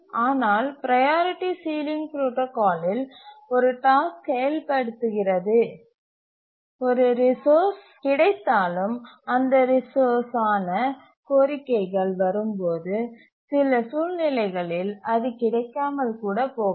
ஆனால் priority ceiling protocol இல் ஒரு டாஸ்க் செயல்படுத்துகிறது ஒரு ரிசோர்ஸ் கிடைத்தாலும் அந்த ரிசோர்ஸ் ஆன கோரிக்கைகள் வரும்போது சில சூழ்நிலைகளில் அது கிடைக்காமல் கூட போகலாம்